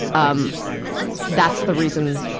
um that's the reason,